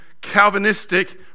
Calvinistic